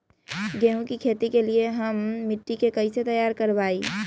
गेंहू की खेती के लिए हम मिट्टी के कैसे तैयार करवाई?